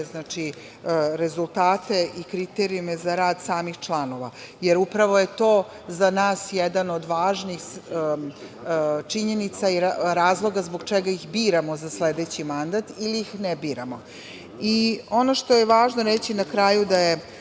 rezultate i kriterijume za rad samih članova. Upravo je to za nas jedna od važnih činjenica i razloga zbog čega ih biramo za sledeći mandat ili ih ne biramo. Važno je reći, na kraju, da je